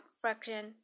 fraction